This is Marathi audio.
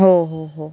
हो हो हो